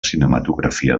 cinematografia